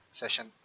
session